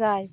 যায়